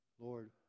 Lord